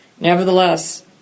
Nevertheless